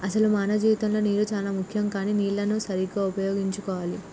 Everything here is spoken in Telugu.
అసలు మానవ జీవితంలో నీరు చానా ముఖ్యం కానీ నీళ్లన్ను సరీగ్గా ఉపయోగించుకోవాలి